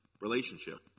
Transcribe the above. relationship